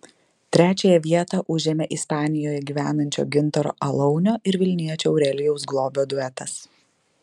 trečiąją vietą užėmė ispanijoje gyvenančio gintaro alaunio ir vilniečio aurelijaus globio duetas